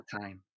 time